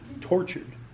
tortured